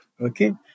Okay